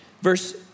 verse